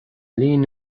linn